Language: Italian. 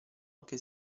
anche